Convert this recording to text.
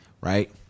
right